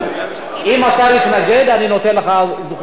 אם השר יתנגד אני נותן לך זכות להגיב,